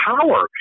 power